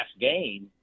game